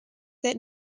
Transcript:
that